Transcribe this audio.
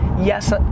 Yes